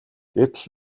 гэтэл